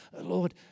Lord